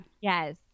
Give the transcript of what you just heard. Yes